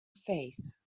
face